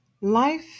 Life